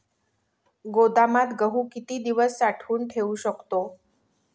गोदामात गहू किती दिवस साठवून ठेवू शकतो?